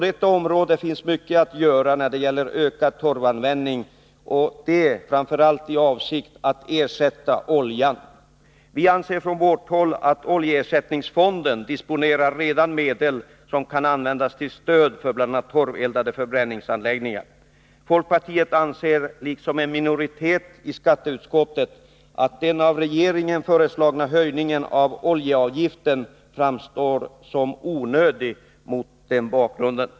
Det finns mycket att göra på detta område, framför allt i avsikt att ersätta olja. Vi anser från vårt håll att oljeersättningsfonden redan disponerar medel som kan användas till stöd för bl.a. torveldade förbränningsanläggningar. Folkpartiet anser, liksom en minoritet i skatteutskottet, att den av regeringen föreslagna höjningen av oljeavgiften framstår som onödig mot den bakgrunden.